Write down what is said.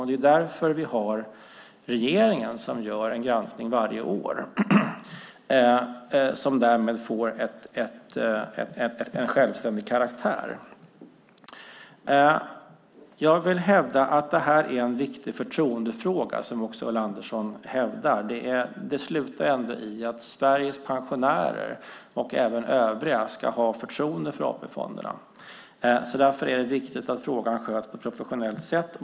Det är därför regeringen gör en granskning varje år, som därmed får en självständig karaktär. Jag vill hävda att det här är en viktig förtroendefråga, som också Ulla Andersson hävdar. Det slutar ändå i att Sveriges pensionärer och även övriga ska ha förtroende för AP-fonderna. Därför är det viktigt att frågan sköts på ett professionellt sätt.